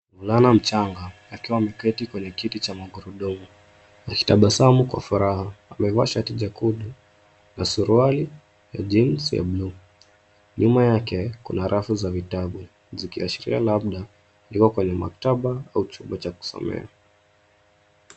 Mvulana mchanga akiwa ameketi kwenye kiti cha magurudumu, akitabasamu kwa furaha. Amevaa shati jekundu na suruali ya jeans ya bluu. Nyuma yake kuna rafu za vitabu zikiashiria labda yuko kwenye maktaba au chumba cha kusomea.